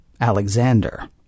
Alexander